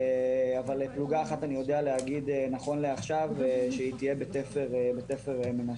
אבל פלוגה אחת אני יודע להגיד נכון לעכשיו שהיא תהיה בתפר מנשה.